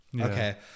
Okay